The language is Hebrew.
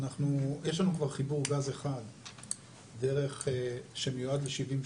יש לנו כבר חיבור גז אחד שמיועד ל-70,